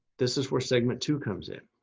this is where segment two comes in.